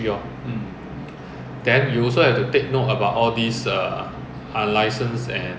singapore has no requirement that your car need a third brake light is malaysia